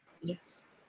Yes